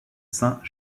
saint